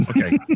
Okay